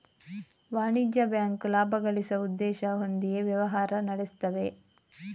ವಾಣಿಜ್ಯ ಬ್ಯಾಂಕು ಲಾಭ ಗಳಿಸುವ ಉದ್ದೇಶ ಹೊಂದಿಯೇ ವ್ಯವಹಾರ ನಡೆಸ್ತವೆ